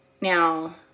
Now